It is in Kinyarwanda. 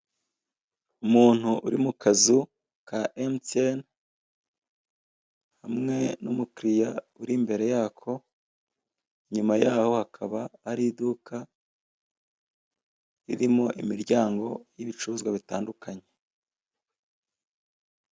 Umuntu uri mu kazu ka emutiyene hamwe n'umukiliya uri imbere yako, inyuma yaho hakaba hari iduka ririmo imiryango y'ibicuruzwa bitandukanye.